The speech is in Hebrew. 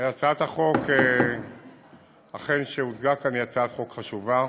הצעת החוק שהוצגה כאן היא הצעת חוק חשובה.